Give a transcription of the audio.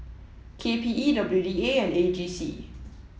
KPE WDA and AGC